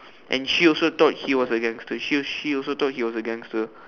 and she also thought he was a gangster she she also thought he was a gangster